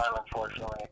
unfortunately